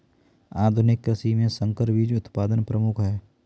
आधुनिक कृषि में संकर बीज उत्पादन प्रमुख है